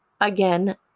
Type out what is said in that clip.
Again